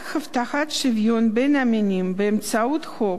רק הבטחת שוויון בין המינים באמצעות חוק,